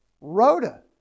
Rhoda